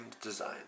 Design